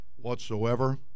whatsoever